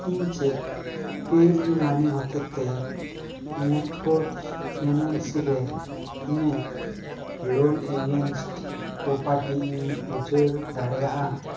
ᱤᱧ ᱪᱮᱫ ᱯᱮ ᱤᱭᱩ ᱢᱟᱱᱤ ᱦᱚᱛᱮᱛᱮ ᱢᱩᱛᱷᱳᱰᱥ ᱯᱷᱤᱱᱮᱱᱥᱤ ᱨᱮ ᱤᱧᱟᱹᱜ ᱞᱳᱱ ᱮᱜᱮᱭᱱᱥᱴ ᱨᱮ ᱯᱨᱳᱯᱟᱨᱴᱤ ᱤᱧ ᱩᱪᱟᱹᱲ ᱫᱟᱲᱮᱭᱟᱜᱼᱟ